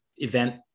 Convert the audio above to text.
Event